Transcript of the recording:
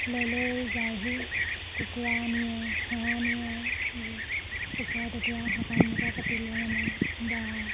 লৈ লৈ যায়হি কুকুৰা নিয়ে হাঁহ নিয়ে পাছত এতিয়া সকাম নিকাম পাতিলে মানে বা